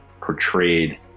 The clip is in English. portrayed